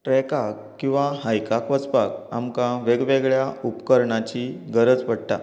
ट्रेकाक किंवां हायकाक वचपाक आमकां वेगवेगळ्या उपकरणांची गरज पडटा